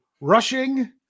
rushing